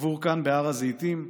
קבור כאן בהר הזיתים.